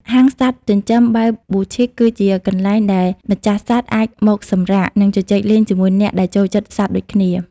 ហាងសត្វចិញ្ចឹមបែប Boutique គឺជាកន្លែងដែលម្ចាស់សត្វអាចមកសម្រាក និងជជែកលេងជាមួយអ្នកដែលចូលចិត្តសត្វដូចគ្នា។